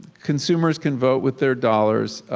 consumers can vote with their dollars,